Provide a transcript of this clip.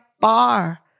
far